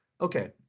okay